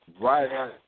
right